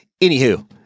Anywho